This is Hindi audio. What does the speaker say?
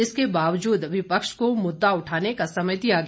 इसके बावजूद विपक्ष को मुद्दा उठाने का समय दिया गया